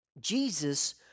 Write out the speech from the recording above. Jesus